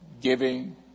giving